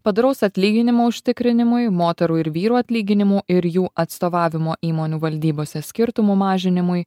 padoraus atlyginimo užtikrinimui moterų ir vyrų atlyginimų ir jų atstovavimo įmonių valdybose skirtumų mažinimui